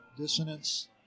dissonance